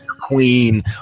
queen